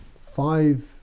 five